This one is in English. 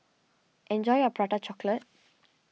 enjoy your Prata Chocolate